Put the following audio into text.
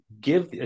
give